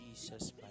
Jesus